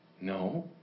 No